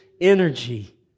energy